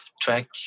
track